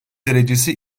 derecesi